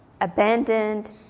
abandoned